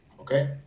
Okay